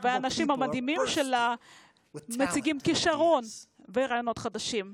והאנשים המדהימים שלה שופעי כישרון ורעיונות חדשים.